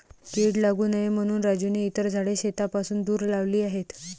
कीड लागू नये म्हणून राजूने इतर झाडे शेतापासून दूर लावली आहेत